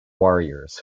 warriors